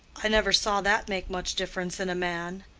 i never saw that make much difference in a man.